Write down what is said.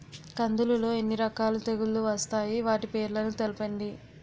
కందులు లో ఎన్ని రకాల తెగులు వస్తాయి? వాటి పేర్లను తెలపండి?